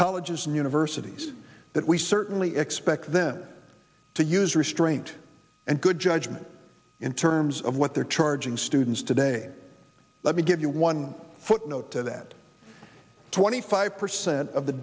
colleges and universities that we certainly expect them to use restraint and good judgement in terms of what they're charging students today let me give you one footnote to that twenty five percent of the